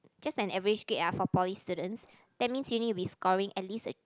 just an average grade ah for poly students that means uni we scoring at least a